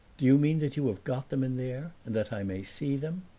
do you mean that you have got them in there and that i may see them?